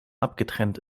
abgetrennt